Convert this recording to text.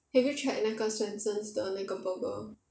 have you tried 那个 Swensens 的 burger